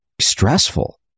stressful